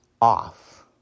off